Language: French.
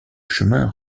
chemin